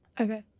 Okay